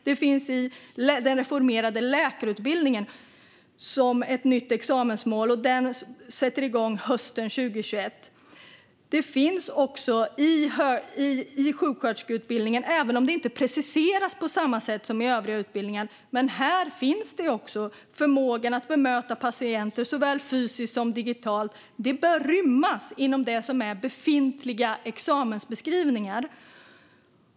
Det finns som ett nytt examensmål i den reformerade läkarutbildningen, som sätter igång hösten 2021. Det finns också i sjuksköterskeutbildningen. Även om det inte preciseras på samma sätt som i övriga utbildningar finns här också förmågan att bemöta patienter såväl fysiskt som digitalt. Detta bör rymmas inom befintliga examensbeskrivningar.